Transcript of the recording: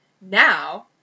Now